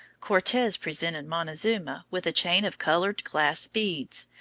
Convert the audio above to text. cortes presented montezuma with a chain of colored glass beads,